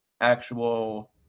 actual